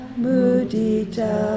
mudita